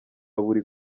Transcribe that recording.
buri